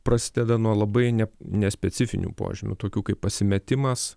prasideda nuo labai ne nespecifinių požymių tokių kaip pasimetimas